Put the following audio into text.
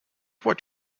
what